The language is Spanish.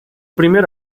primer